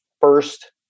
first